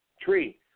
tree